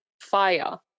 fire